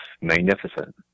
magnificent